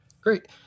Great